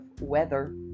weather